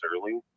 early